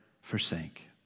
forsake